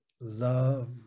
love